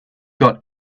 got